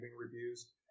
reviews